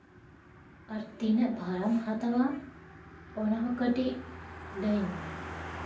ᱟᱨ ᱛᱤᱱᱟᱹᱜ ᱵᱷᱟᱲᱟᱢ ᱦᱟᱛᱟᱣᱟ ᱚᱱᱟ ᱦᱚᱸ ᱠᱟᱹᱴᱤᱡ ᱞᱟᱹᱭᱟᱹᱧ ᱢᱮ